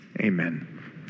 Amen